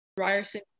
Ryerson